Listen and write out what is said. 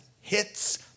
hits